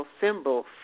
symbol